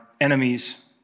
enemies